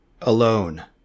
ALONE